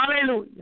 Hallelujah